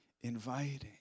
inviting